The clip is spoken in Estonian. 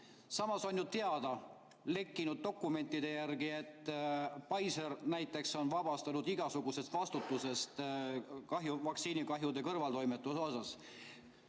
Samas on ju teada lekkinud dokumentide järgi, et Pfizer näiteks on vabastatud igasugusest vastutusest vaktsiinikahjude kõrvaltoimete eest.